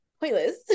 pointless